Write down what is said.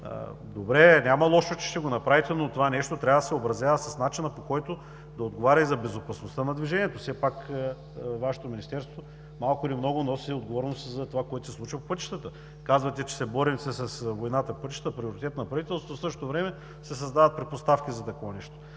Добре, няма лошо, че ще го направите, но това трябва да се съобразява с начин, който да отговаря за безопасността на движението. Все пак Вашето министерство малко или много носи отговорност и за това, което се случва по пътищата. Казвате, че се борим с войната по пътищата, приоритет на правителството, а в същото време се създават предпоставки за такова нещо.